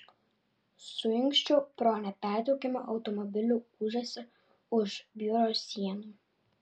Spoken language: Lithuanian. suinkščiu pro nepertraukiamą automobilių ūžesį už biuro sienų